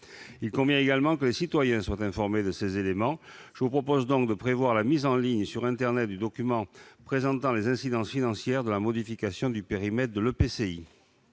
Il convient également que les citoyens soient informés de ces éléments. Je propose donc de prévoir la mise en ligne sur internet du document présentant les incidences financières de la modification du périmètre de l'EPCI.